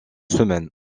semaines